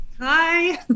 Hi